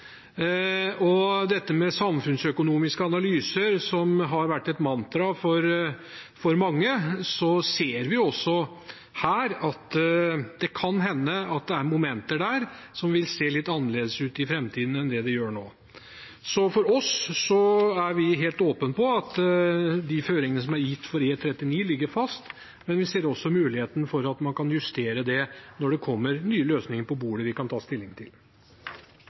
dette med samfunnsøkonomiske analyser, som har vært et mantra for mange, ser vi også at det kan være momenter der som vil se litt annerledes ut i framtiden enn det det gjør nå. Så vi er helt åpne på at de føringene som er gitt for E39, ligger fast, men vi ser også muligheten for at man kan justere det når det kommer nye løsninger på bordet som vi kan ta stilling til.